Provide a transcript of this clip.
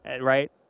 Right